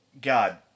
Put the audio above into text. God